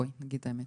בואי נגיד את האמת.